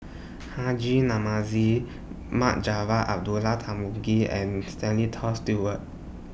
Haji Namazie Mohd Javad Abdullah Tarmugi and Stanley Toft Stewart